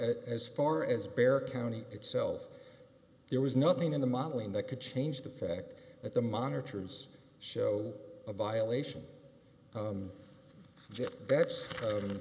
as far as county itself there was nothing in the modeling that could change the fact that the monitors show a violation